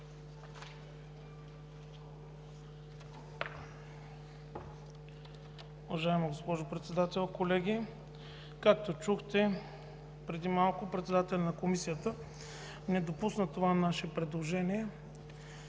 Уважаема госпожо Председател, колеги! Както чухте преди малко, председателят на Комисията не допусна това наше предложение